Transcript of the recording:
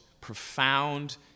profound